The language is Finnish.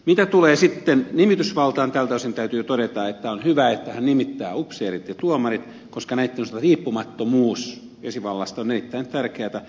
mitä tulee sitten nimitysvaltaan tältä osin täytyy todeta että on hyvä että hän nimittää upseerit ja tuomarit koska näitten osalta riippumattomuus esivallasta on erittäin tärkeätä